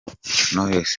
knowless